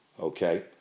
Okay